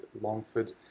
Longford